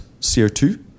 CO2